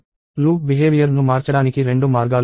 loop behaviour ను మార్చడానికి రెండు మార్గాలు ఉన్నాయి